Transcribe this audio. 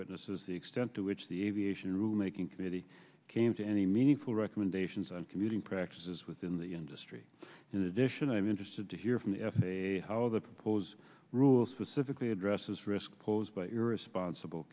witnesses the extent to which the aviation rulemaking committee came to any meaningful recommendations on commuting practices within the industry in addition i am interested to hear from the f a a how the proposed rule specifically addresses risk posed by irresponsible